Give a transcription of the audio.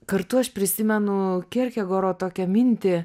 kartu aš prisimenu kerkegoro tokią mintį